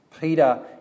Peter